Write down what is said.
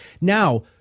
Now